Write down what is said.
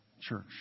Church